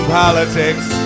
politics